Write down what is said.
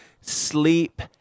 sleep